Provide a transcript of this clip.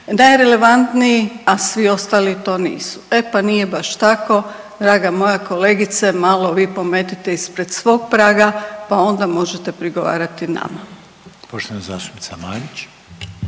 najrelevantniji, a svi ostali to nisu. E pa nije baš tako, draga moja kolegice, malo vi pometite ispred svog praga pa onda možete prigovarati nama. **Reiner,